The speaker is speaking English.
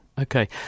Okay